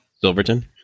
silverton